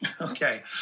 Okay